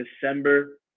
December